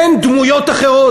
אין דמויות אחרות?